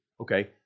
Okay